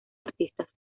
artistas